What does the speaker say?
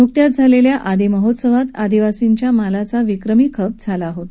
न्कत्याच झालेल्या आदी महोत्सवात आदिवासींच्या मालाचा विक्रमी खप झाला होता